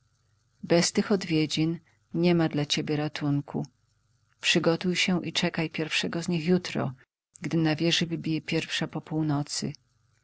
bez tych odwiedzin niema dla ciebie ratunku przygotuj się i czekaj pierwszego z nich jutro gdy na wieży wybije pierwsza po północy